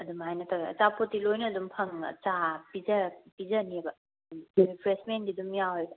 ꯑꯗꯨꯃꯥꯏꯅ ꯇꯧꯋꯦ ꯑꯆꯥꯄꯣꯠꯇꯤ ꯂꯣꯏꯅ ꯑꯗꯨꯝ ꯐꯪꯉꯦ ꯆꯥ ꯄꯤꯖꯅꯦꯕ ꯔꯤꯐ꯭ꯔꯦꯁꯃꯦꯟꯗꯤ ꯑꯗꯨꯝ ꯌꯥꯎꯋꯦꯕ